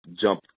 jump